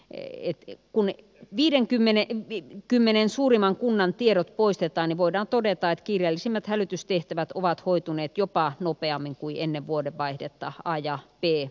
ei ei kun viidenkymmenen ii kymmenen suurimman kunnan tiedot poistetaan voida todeta itkijäisimmät hälytystehtävät ovat koituneet jopa nopeammin kuin ennen vuoden vaihdetta ajaa pii